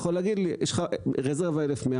אתה יכול להגיד לי "יש לך רזרבה של 1100,